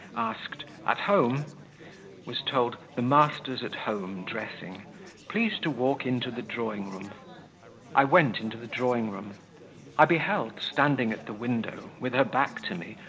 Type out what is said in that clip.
asked, at home was told, the master's at home, dressing please to walk into the drawing-room i went into the drawing-room i beheld standing at the window, with her back to me,